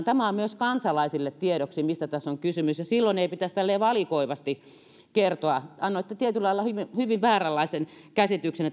tämä on myös kansalaisille tiedoksi mistä tässä on kysymys ja silloin ei pitäisi tälleen valikoivasti kertoa annoitte tietyllä lailla hyvin vääränlaisen käsityksen